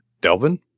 Delvin